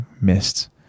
missed